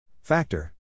Factor